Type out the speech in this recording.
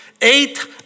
Eight